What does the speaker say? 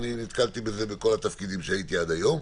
נתקלתי בזה בכל התפקידים שהייתי בהם עד היום.